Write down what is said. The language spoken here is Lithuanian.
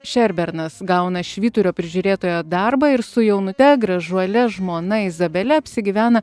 šerbernas gauna švyturio prižiūrėtojo darbą ir su jaunute gražuole žmona izabele apsigyvena